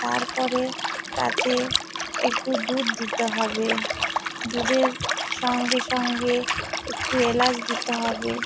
তারপরে তাতে একটু দুধ দিতে হবে দুধের সঙ্গে সঙ্গে একটু এলাচ দিতে হবে